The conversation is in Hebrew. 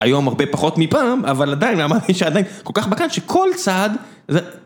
היום הרבה פחות מפעם אבל עדיין אמרתי שעדיין כל כך בא קל שכל צעד זה